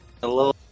hello